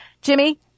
Jimmy